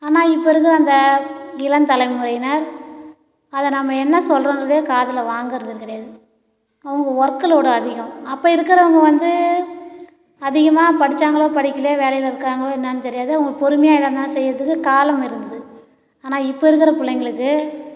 ஆனால் இப்போ இருக்கிற இந்த இளம் தலைமுறையினர் அதை நம்ம என்ன சொல்லுறோம்கிறதையே காதில் வாங்குவது கிடையாது அவங்க ஒர்க்குலோடு அதிகம் அப்போ இருக்கிறவங்க வந்து அதிகமாக படித்தாங்களோ படிக்கலையோ வேலையில் இருக்காங்களோ என்னான்னு தெரியாது அவங்க பொறுமையாக எல்லாத்தையும் செய்யறத்துக்கு காலம் இருந்தது ஆனால் இப்போது இருக்கிற பிள்ளைங்களுக்கு